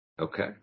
Okay